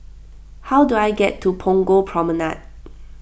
how do I get to Punggol Promenade